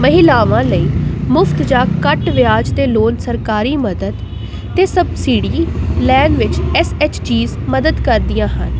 ਮਹਿਲਾਵਾਂ ਲਈ ਮੁਫ਼ਤ ਜਾਂ ਘੱਟ ਵਿਆਜ 'ਤੇ ਲੋਕ ਸਰਕਾਰੀ ਮਦਦ ਅਤੇ ਸਬਸਿਡੀ ਲੈਣ ਵਿੱਚ ਐਸ ਐਚ ਜੀ 'ਚ ਮਦਦ ਕਰਦੀਆਂ ਹਨ